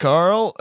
Carl